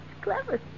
clever